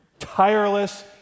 tireless